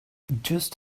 just